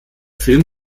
film